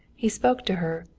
he spoke to her,